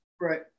Right